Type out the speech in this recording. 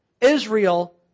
Israel